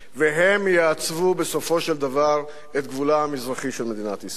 והם יעצבו בסופו של דבר את גבולה המזרחי של מדינת ישראל.